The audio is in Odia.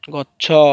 ଗଛ